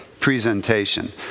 presentation